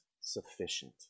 sufficient